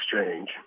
exchange